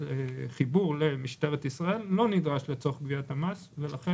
חיבור למשטרת ישראל לא נדרש לצורך גביית המס ולכן